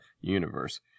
universe